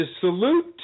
salute